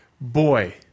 Boy